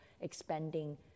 expanding